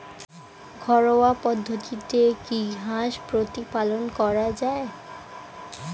ঘরোয়া পদ্ধতিতে কি হাঁস প্রতিপালন করা যায়?